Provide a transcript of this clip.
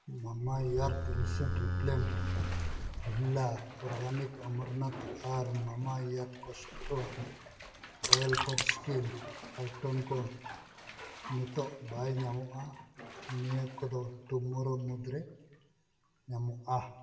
ᱢᱟᱢᱟ ᱟᱨᱛᱷ insect repellent ᱵᱷᱚᱭᱮᱞᱟ organic ᱚᱢᱚᱨᱱᱟᱛᱷ ᱟᱨ Mamaearth castor oil for skin item ᱠᱚ ᱱᱤᱛᱚᱜ ᱵᱟᱝ ᱧᱟᱢᱚᱜᱼᱟ ᱱᱤᱭᱟᱹ ᱠᱚᱫᱚ ᱴᱩᱢᱳᱨᱳ ᱢᱩᱫᱽᱨᱮ ᱧᱟᱢᱚᱜᱼᱟ